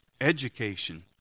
education